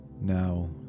Now